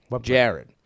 Jared